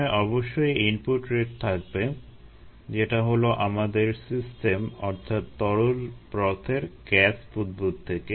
এখানে অবশ্যই input rate থাকবে যেটা হলো আমাদের সিস্টেম অর্থাৎ তরল ব্রথের গ্যাস বুদবুদ থেকে